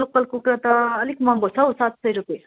local कुखुरा त अलिक महँगो छ हौ सात सय रुपियाँ